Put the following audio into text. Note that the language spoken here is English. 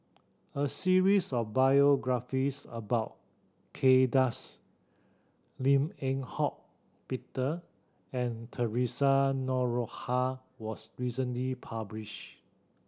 a series of biographies about Kay Das Lim Eng Hock Peter and Theresa Noronha was recently published